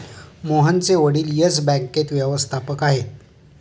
मोहनचे वडील येस बँकेत व्यवस्थापक आहेत